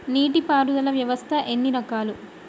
నీటి పారుదల వ్యవస్థ ఎన్ని రకాలు?